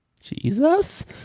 Jesus